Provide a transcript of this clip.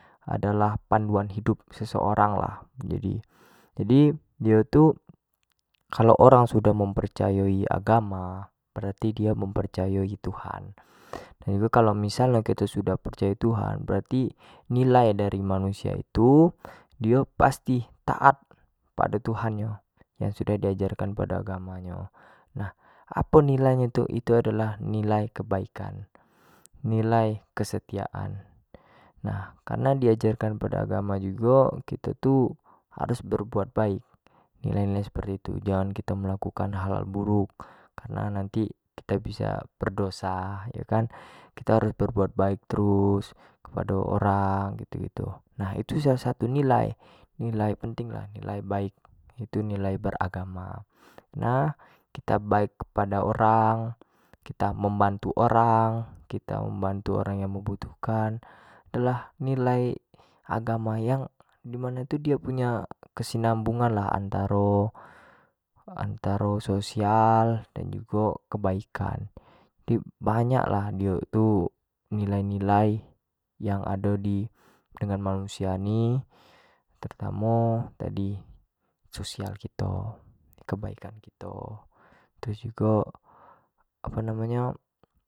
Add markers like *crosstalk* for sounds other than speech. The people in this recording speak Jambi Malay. Adolah panduan hidup seseorang lah, jadi dio tu kalau orang sudah mempercayai agama berarti dio mempercayai tuhan, iyo missal nyo kito sudah mempercayai tuhan berarti nilai dari manusia itu dio pasti taat pado tuhan nyo seperti yang sudah diajarkan samo agama nyo, nah apo nilai nyo tu, itu adalah nilai kebaikan, nilai kesetiaan nah karena di ajarkan pada agama jugo kito tu harus berbuat baik, nilai- nilai seperti itu jangan kito melakukan hal- hal buruk karena nanti kita bisa berdosa iya kan, kita harus berbuat baik terus kepado orang gitu- gitu nah itu tu menjadi salah satu jugo nilai- nilai penting lah nilai baik itu nilai ber agama *unintelligible* kito baik kepada orang, kita membantu orng, kita membantu orang yang membutuhkan adalah nilai, agama yang gimano tu dio punya kesenimbangunan lah antaro social dan jugo kebaikan, jadi banyak lah dio tu nilai- nilai dengan manusia ni utamo tadi social kito, kebaukan kito terus jugo apo namo nyo.